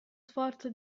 sforzo